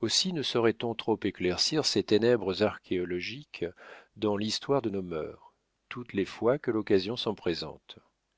aussi ne saurait-on trop éclaircir ces ténèbres archéologiques dans l'histoire de nos mœurs toutes les fois que l'occasion s'en présente